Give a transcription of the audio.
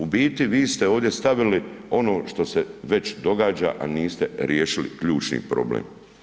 U biti vi ste ovdje stavili ono što se već događa, a niste riješili ključni problem.